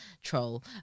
troll